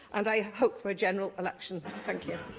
and i hope for a general election. thank you.